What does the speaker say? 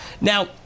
Now